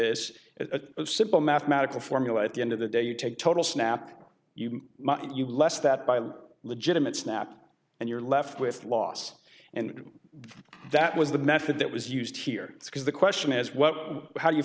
a simple mathematical formula at the end of the day you take total snap you less that by a legitimate snap and you're left with loss and that was the method that was used here because the question is what how